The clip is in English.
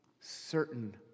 certain